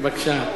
בבקשה.